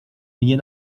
mnie